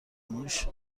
موش